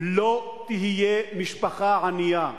לא תהיה משפחה ענייה.